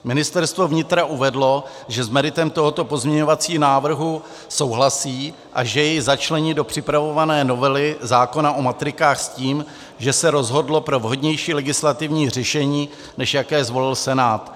Ministerstvo vnitra uvedlo, že s meritem tohoto pozměňovacího návrhu souhlasí a že jej začlení do připravované novely zákona o matrikách s tím, že se rozhodlo pro vhodnější legislativní řešení, než jaké zvolil Senát.